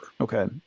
okay